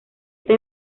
esta